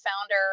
founder